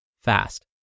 fast